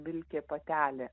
vilkė patelė